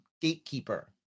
gatekeeper